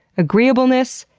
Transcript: agreeableness,